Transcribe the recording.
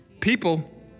People